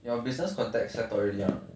your business contact settled already or not